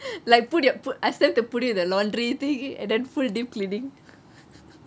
like ask them to put you in the laundry thing and then full deep cleaning